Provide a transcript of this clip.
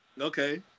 Okay